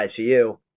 ICU